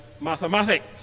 mathematics